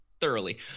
thoroughly